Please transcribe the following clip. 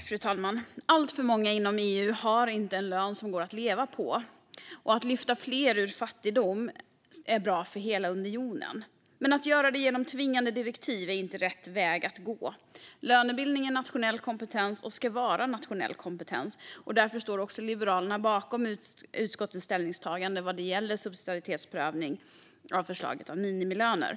Fru talman! Alltför många inom EU har inte en lön som går att leva på. Att lyfta fler ur fattigdom är bra för hela unionen. Men att göra det genom tvingande direktiv är inte rätt väg att gå. Lönebildning är nationell kompetens, och ska vara nationell kompetens. Därför står också Liberalerna bakom utskottets ställningstagande vad gäller subsidiaritetsprövning av förslaget om minimilöner.